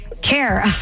care